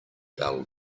dull